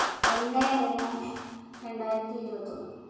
ഒന്ന് മൂന്ന് രണ്ടായിരത്തി ഇരുപത്തി ഒന്ന്